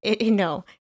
No